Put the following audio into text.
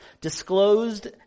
disclosed